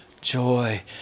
joy